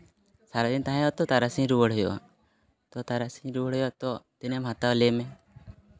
ᱥᱟᱨᱟᱫᱤᱱ ᱛᱟᱦᱮᱸ ᱦᱩᱭᱩᱜ ᱟᱛᱚ ᱛᱟᱨᱟᱥᱤᱧ ᱨᱩᱣᱟᱹᱲ ᱦᱩᱭᱩᱜᱼᱟ ᱛᱚ ᱛᱟᱨᱟᱥᱤᱧ ᱨᱩᱣᱟᱹᱲ ᱦᱩᱭᱩᱜᱼᱟ ᱛᱚ ᱛᱤᱱᱟᱹᱜ ᱮᱢ ᱦᱟᱛᱟᱣᱟ ᱞᱟᱹᱭ ᱢᱮ